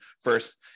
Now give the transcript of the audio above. first